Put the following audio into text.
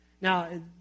Now